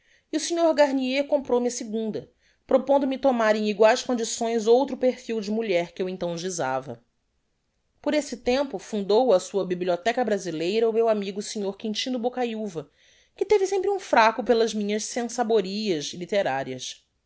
e o sr garnier comprou-me a segunda propondo me tomar em iguaes condicções outro perfil de mulher que eu então gisava por esse tempo fundou a sua bibliotheca brasileira o meu amigo sr quintino bocayuva que teve sempre um fraco pelas minha sensaborias litterarias